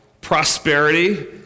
prosperity